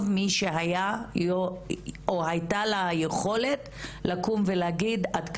טוב מי שהייתה לה היכולת לקום ולהגיד עד כאן.